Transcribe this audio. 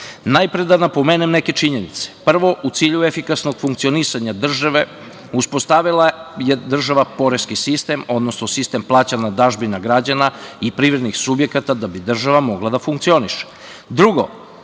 Najpre da napomenem neke činjenice. Prvo, u cilju efikasnog funkcionisanja države, uspostavila je država poreski sistem, odnosno sistem plaćanja dažbina građana i privrednih subjekata da bi država mogla da funkcioniše. Drugo,